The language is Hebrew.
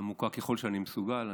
עמוקה ככל שאני מסוגל,